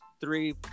three